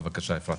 בבקשה, אפרת.